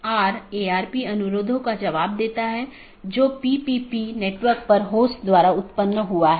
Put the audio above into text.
गम्यता reachability की जानकारी update message द्वारा आदान प्रदान की जाती है